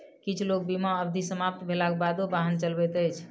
किछ लोक बीमा अवधि समाप्त भेलाक बादो वाहन चलबैत अछि